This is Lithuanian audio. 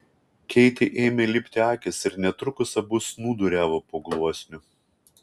keitei ėmė lipti akys ir netrukus abu snūduriavo po gluosniu